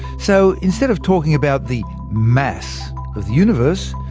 so, instead of talking about the mass of the universe,